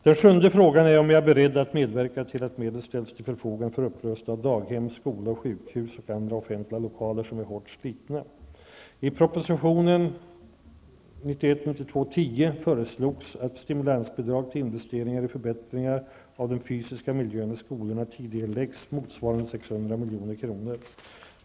Den sjunde frågan är om jag är beredd att medverka till att medel ställs till förfogande för upprustning av daghem, skolor, sjukhus och andra offentliga lokaler som är hårt slitna. milj.kr. tidigareläggs.